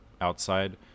outside